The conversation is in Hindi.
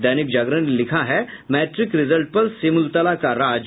दैनिक जागरण ने लिखा है मैट्रिक रिजल्ट पर सिमुलतला का राज